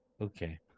Okay